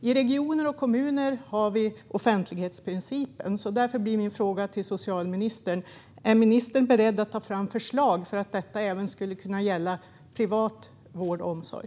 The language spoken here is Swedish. I regioner och kommuner gäller offentlighetsprincipen. Därför blir min fråga till socialministern: Är ministern beredd att ta fram förslag om att detta även skulle kunna gälla privat vård och omsorg?